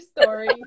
story